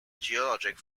geologic